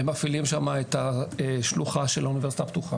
הם מפעילים שם את השלוחה של האוניברסיטה הפתוחה.